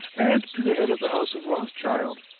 and to the head of the house of rothschild.